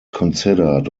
considered